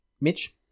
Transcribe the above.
Mitch